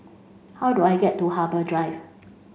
how do I get to Harbour Drive